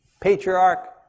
patriarch